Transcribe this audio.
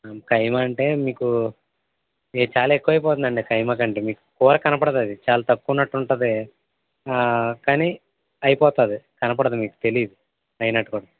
ఖైమా అంటే మీకూ చాలా ఎక్కువ అయిపోతుందండి ఖైమాకి అంటే మీకు కూర కనపడదది చాలా తక్కువ ఉన్నట్టు ఉంటది కాని అయిపోతాది కనపడదు మీకు తెలీదు అయినట్టు కూడా